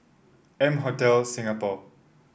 M Hotel Singapore